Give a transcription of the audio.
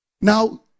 Now